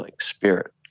spirit